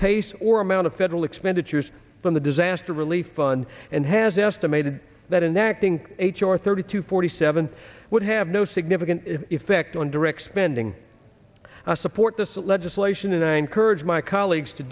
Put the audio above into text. pace or amount of federal expenditures on the disaster relief fund and has estimated that in acting h r thirty to forty seven would have no significant effect on direct spending support this legislation and i encourage my colleagues to